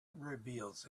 reveals